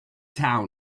town